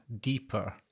deeper